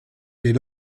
des